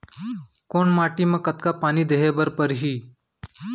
कोन माटी म कतका पानी देहे बर परहि?